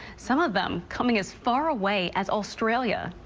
some of them coming as far away as australia.